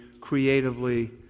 creatively